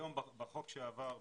היום בחוק שעבר,